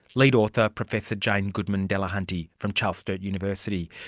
lead author, professor jane goodman-delahunty, from charles sturt university.